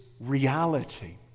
reality